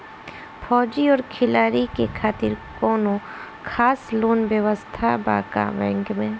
फौजी और खिलाड़ी के खातिर कौनो खास लोन व्यवस्था बा का बैंक में?